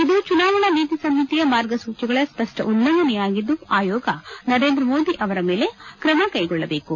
ಇದು ಚುನಾವಣಾ ನೀತಿ ಸಂಹಿತೆಯ ಮಾರ್ಗಸೂಚಿಗಳ ಸ್ವಷ್ಟ ಉಲ್ಲಂಘನೆಯಾಗಿದ್ದು ಆಯೋಗ ನರೇಂದ್ರ ಮೋದಿ ಅವರ ಮೇಲೆ ಕ್ರಮ ಕೈಗೊಳ್ಳಬೇಕು